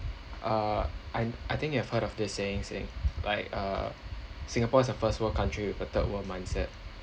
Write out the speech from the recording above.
uh I I think you have heard of the saying saying like uh singapore is a first world country with a third world mindset